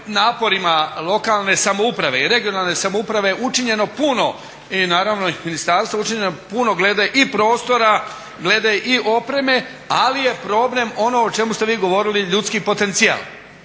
naporima lokalne samouprave i regionalne samouprave učinjeno puno, i naravno i ministarstvo učinilo puno glede i prostora, glede i opreme ali je problem ono o čemu ste vi govorili ljudski potencijal,